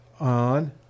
On